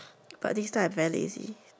but this time I'm very lazy